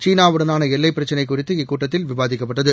சீனா வுடனான எல்லை பிரச்சினை குறித்து இக்கூட்டத்தில் விவாதிக்கப்பட்டது